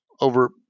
over